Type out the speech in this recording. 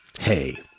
Hey